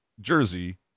jersey